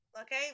Okay